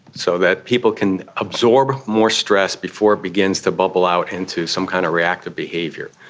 so that people can absorb more stress before it begins to bubble out into some kind of reactive behaviour,